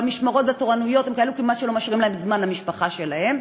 והמשמרות והתורנויות הן כאלו שהן כמעט לא משאירות להם זמן למשפחה שלהם.